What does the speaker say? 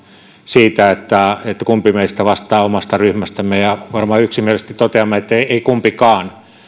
siitä kumpi meistä vastaa omasta ryhmästämme niin varmaan yksimielisesti toteamme että ei kumpikaan